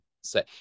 say